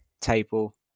table